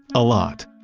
a lot.